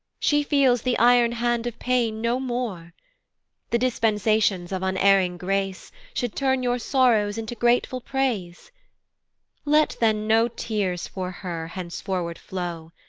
she feels the iron hand of pain no more the dispensations of unerring grace, should turn your sorrows into grateful praise let then no tears for her henceforward flow,